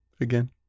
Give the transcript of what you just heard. again